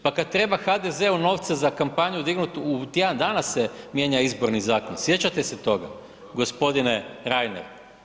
Pa kad treba HDZ-u novce za kampanju, dignut u tjedan dana se mijenja izborni zakon, sjećate se toga, g. Reiner?